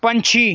ਪੰਛੀ